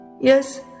Yes